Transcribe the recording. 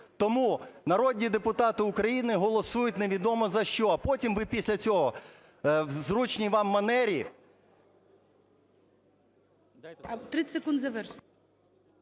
Тому народні депутати України голосують невідомо за що, а потім ви після цього в зручній вам манері…